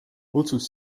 otsus